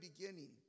beginning